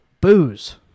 Booze